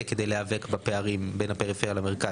כדי להיאבק בפערים בין הפריפריה למרכז,